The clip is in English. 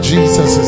Jesus